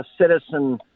citizen